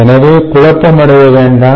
எனவே குழப்பமடைய வேண்டாம்